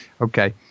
Okay